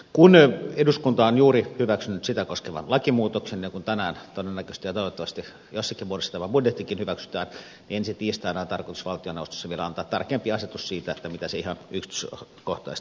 kun eduskunta on juuri hyväksynyt sitä koskevan lakimuutoksen ja kun tänään todennäköisesti ja toivottavasti jossakin muodossa tämä budjettikin hyväksytään niin ensi tiistaina on tarkoitus valtioneuvostossa vielä antaa tarkempi asetus siitä mitä se ihan yksityiskohtaisesti tarkoittaa